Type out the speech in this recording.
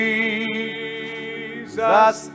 Jesus